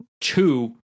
Two